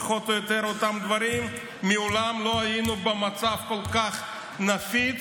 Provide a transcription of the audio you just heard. פחות או יותר אותם דברים: מעולם לא היינו במצב כל כך נפיץ,